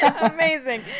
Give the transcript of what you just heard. Amazing